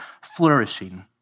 flourishing